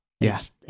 yes